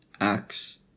Acts